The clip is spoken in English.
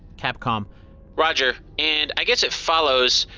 capcom roger. and, i guess it follows,